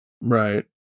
Right